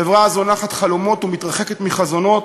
חברה הזונחת חלומות ומתרחקת מחזונות,